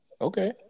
Okay